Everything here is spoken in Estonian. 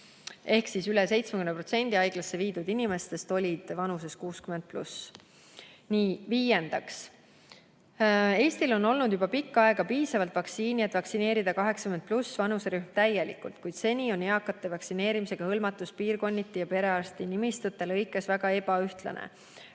Ehk üle 70% haiglasse viidud inimestest olid üle 60‑aastased. Viiendaks: "Eestil on olnud juba pikka aega piisavalt vaktsiini, et vaktsineerida 80+ vanuserühm täielikult, kuid seni on eakate vaktsineerimisega hõlmatus piirkonniti ja perearstinimistute lõikes väga ebaühtlane. Logiseva